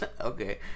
Okay